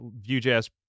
Vue.js